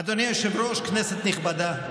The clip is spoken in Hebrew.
אדוני היושב-ראש, כנסת נכבדה,